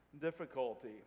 difficulty